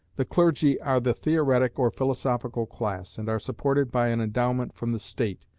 the clergy are the theoretic or philosophical class, and are supported by an endowment from the state,